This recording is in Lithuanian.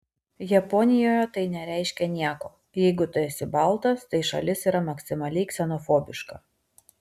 japonijoje tai nereiškia nieko jeigu tu esi baltas tai šalis yra maksimaliai ksenofobiška